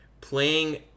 playing